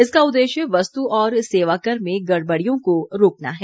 इसका उद्देश्य वस्तु और सेवाकर में गड़बड़ियों को रोकना है